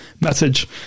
message